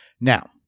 Now